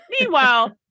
Meanwhile